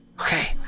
Okay